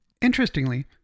Interestingly